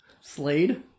slade